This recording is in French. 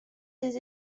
des